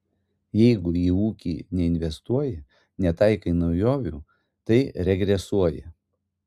jeigu į ūkį neinvestuoji netaikai naujovių tai regresuoji